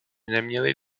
neměli